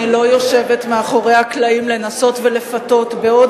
אני לא יושבת מאחורי הקלעים לנסות ולפתות בעוד